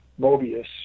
Mobius